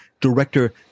director